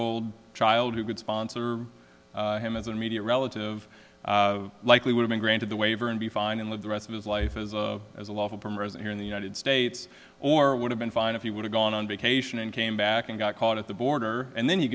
old child who would sponsor him as an immediate relative likely would be granted the waiver and be fine and live the rest of his life as a as a lawful person here in the united states or would have been fine if he would have gone on vacation and came back and got caught at the border and then you